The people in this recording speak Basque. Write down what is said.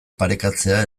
parekatzea